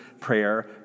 prayer